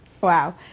Wow